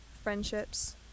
friendships